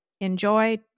enjoy